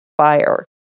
fire